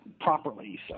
properly